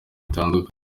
bitandukanye